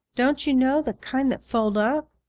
don't you know, the kind that fold up?